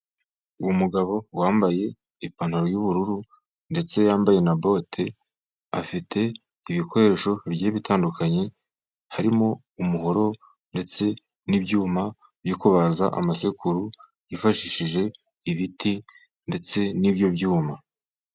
Uwo mugabo wambaye ipantaro y'ubururu ndetse yambaye na bote, afite ibikoresho bigiye bitandukanye harimo umuhoro ndetse n'ibyuma byo kubaza amasekuru, yifashishije ibiti ndetse n'ibyo byuma.